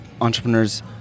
entrepreneurs